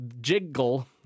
jiggle